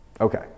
Okay